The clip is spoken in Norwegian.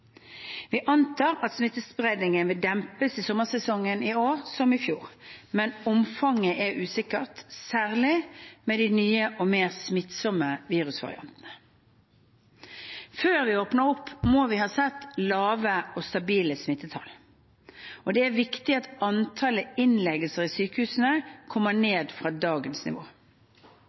Vi antar at smittespredningen vil dempes i sommersesongen, i år som i fjor. Men omfanget er usikkert, særlig med de nye og mer smittsomme virusvariantene. Før vi åpner opp, må vi ha sett lave og stabile smittetall, og det er viktig at antallet innleggelser i sykehusene kommer ned fra dagens nivå.